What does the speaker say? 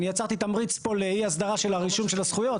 יצרתי תמריץ פה לאי הסדרה של הרישום של הזכויות.